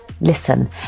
listen